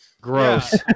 Gross